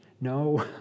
No